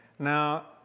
Now